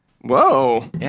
Whoa